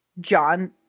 John